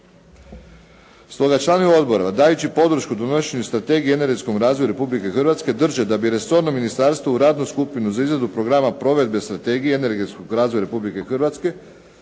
Stoga članovi odbora dajući podršku donošenju strategije o energetskom razvoju Republike Hrvatske, drže da bi resorno ministarstvo u radnu skupinu za izradu programa provedbe strategije energetskog razvoja Republike Hrvatske,